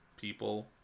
people